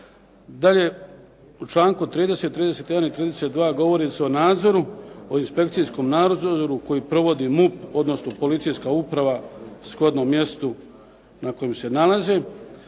Dalje. U članku 30., 31. i 32. govori se o nadzoru, o inspekcijskom nadzoru koji provodi MUP odnosno policijska uprava shodno mjestu na kojem se nalazi.